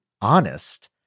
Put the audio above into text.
honest